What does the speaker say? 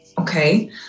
Okay